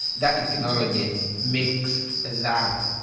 that technology makes that,